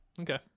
Okay